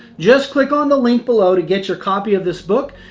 just click on the link below to get your copy of this book.